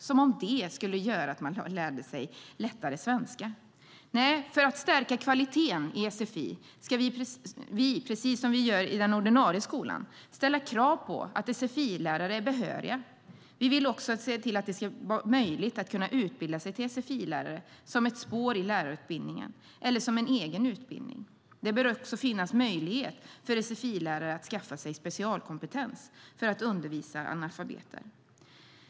Som om det skulle göra att man lättare lär sig svenska. För att stärka kvaliteten i sfi ska vi, precis som vi gör i den ordinarie skolan, ställa krav på att sfi-lärarna är behöriga. Vi vill också att det ska bli möjligt att utbilda sig till sfi-lärare som ett spår i lärarutbildningen eller som en egen utbildning. Det bör också finnas möjlighet för sfi-lärare att skaffa sig specialkompetens för att undervisa analfabeter.